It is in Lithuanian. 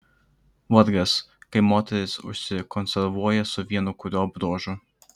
vargas kai moteris užsikonservuoja su vienu kuriuo bruožu